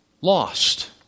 lost